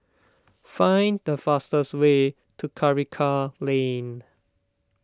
find the fastest way to Karikal Lane